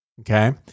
Okay